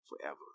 forever